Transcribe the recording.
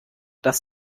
dass